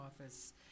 office